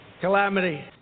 calamity